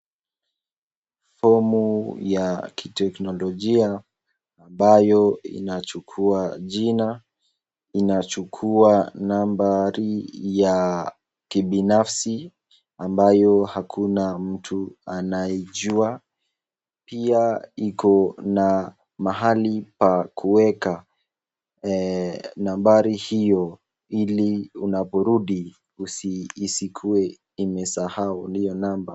Fomu ya kiteknolojia ambayo inachukua jina, inachukua nambari ya kibinafsi ambayo hakuna mtu anaijua. Pia iko na mahali pa kuweka nambari hio ili unaporudi isikue imesahau hio namba.